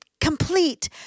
complete